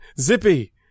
Zippy